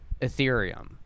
Ethereum